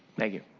thank you.